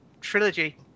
trilogy